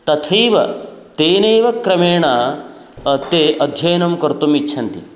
तथैव तेनैव क्रमेण ते अध्ययनं कर्तुम् इच्छन्ति